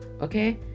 okay